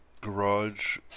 garage